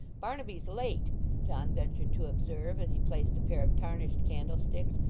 barnaby's late john ventured to observe, as he placed a pair of tarnished candlesticks,